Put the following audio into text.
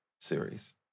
series